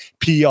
PR